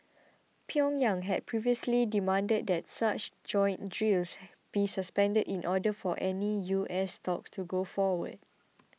Pyongyang had previously demanded that such joint drills be suspended in order for any U S talks to go forward